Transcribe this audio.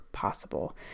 possible